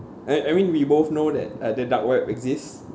I I mean we both know that uh the dark web exists